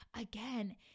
again